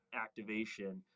activation